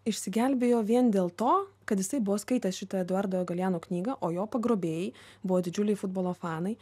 išsigelbėjo vien dėl to kad jisai buvo skaitęs šitą eduardo galeano knygą o jo pagrobėjai buvo didžiuliai futbolo fanai